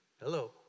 Hello